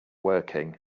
working